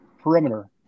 perimeter